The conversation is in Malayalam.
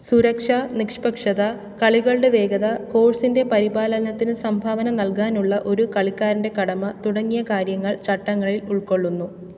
സുരക്ഷ നിഷ്പക്ഷത കളികളുടെ വേഗത കോഴ്സിന്റെ പരിപാലനത്തിന് സംഭാവന നൽകാനുള്ള ഒരു കളിക്കാരന്റെ കടമ തുടങ്ങിയ കാര്യങ്ങൾ ചട്ടങ്ങളിൽ ഉൾക്കൊള്ളുന്നു